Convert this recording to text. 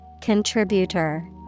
Contributor